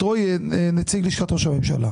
את רועי, נציג לשכת ראש הממשלה.